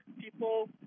people